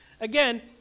again